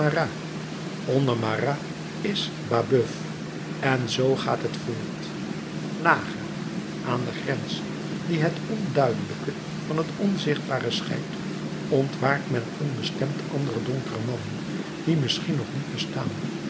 en zoo gaat het voort lager aan de grens die het onduidelijke van het onzichtbare scheidt ontwaart men onbestemd andere donkere mannen die misschien nog niet bestaan